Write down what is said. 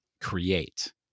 create